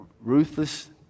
ruthless